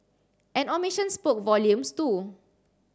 an omission spoke volumes too